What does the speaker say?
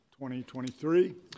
2023